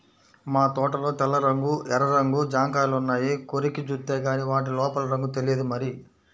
మా తోటలో తెల్ల రంగు, ఎర్ర రంగు జాంకాయలున్నాయి, కొరికి జూత్తేగానీ వాటి లోపల రంగు తెలియదు మరి